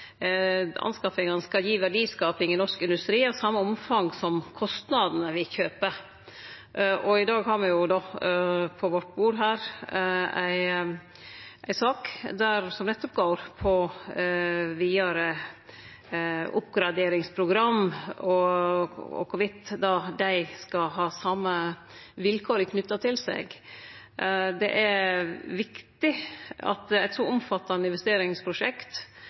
skal gi verdiskaping i norsk industri av same omfang som kostnadene ved kjøpet. I dag har me på vårt bord her ei sak som går på vidare oppgraderingsprogram og om dei skal ha dei same vilkåra knytte til seg. Det er viktig at eit så omfattande investeringsprosjekt